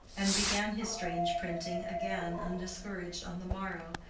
and began his strange printing again undiscouraged on the morrow,